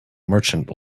merchant